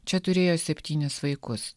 čia turėjo septynis vaikus